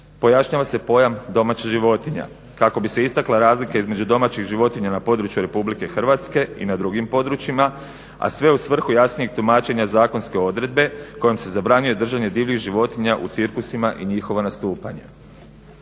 pojašnjava se pojam domaće životinja kako bi se istakla razlika između domaćih životinja na području RH i na drugim područjima a sve u svrhu jasnijeg tumačenja zakonske odredbe kojim se zabranjuje držanje divljih životinja u cirkusima i njihovo nastupanje.